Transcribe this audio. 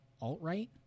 alt-right